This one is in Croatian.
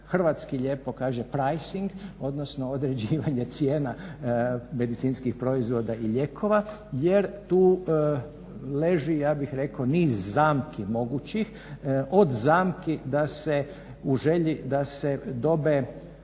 hrvatski lijepo kaže priceing, odnosno određivanje cijena medicinskih proizvoda i lijekova jer tu leži ja bih rekao niz zamki mogućih od zamki da se u želji da